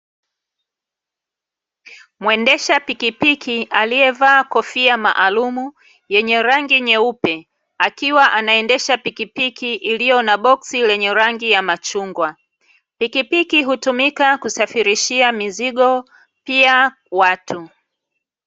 Mwendesha pikipiki aliyevaa kofia maalumu yenye rangi nyeupe, akiwa anaendesha pikipiki iliyo na boksi lenye rangi ya machungwa, pikipiki hutumika kusafirishia mizigo pia watu.